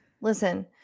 Listen